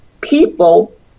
people